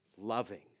loving